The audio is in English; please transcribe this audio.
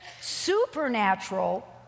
supernatural